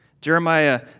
Jeremiah